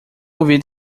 ouvido